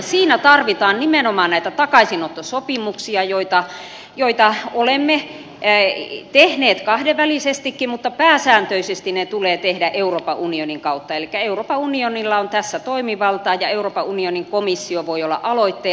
siinä tarvitaan nimenomaan näitä takaisinottosopimuksia joita olemme tehneet kahdenvälisestikin mutta pääsääntöisesti ne tulee tehdä euroopan unionin kautta elikkä euroopan unionilla on tässä toimivalta ja euroopan unionin komissio voi olla aloitteellinen